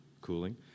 cooling